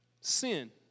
sin